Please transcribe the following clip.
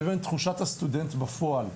לבין תחושת הסטודנטים בפועל.